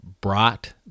brought